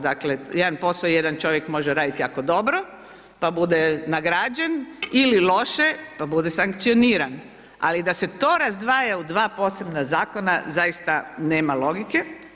Dakle, jedan posao, jedan čovjek može raditi jako dobro, pa bude nagrađen ili loše pa bude sankcioniran, ali da se to razdvaja u 2 posebna zakona, zaista, nema logike.